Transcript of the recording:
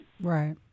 Right